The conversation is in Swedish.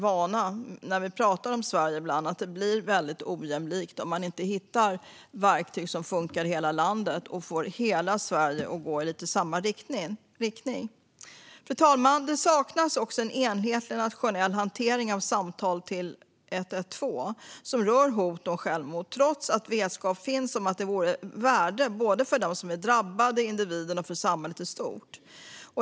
Vi är ju vana vid att det blir rätt ojämlikt i Sverige om man inte hittar verktyg som funkar i hela landet och får hela Sverige att gå i samma riktning. Det saknas också en enhetlig nationell hantering av samtal till 112 som rör hot om självmord, trots att vetskap finns om att detta vore av värde både för den drabbade individen och för samhället i stort.